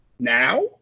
Now